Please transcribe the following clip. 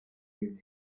with